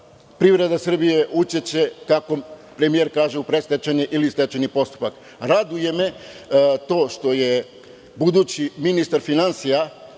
privreda Srbije će ući, kako premijer kaže u predstečajni ili stečajni postupak. Raduje me to što je budući ministar finansija